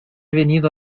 venido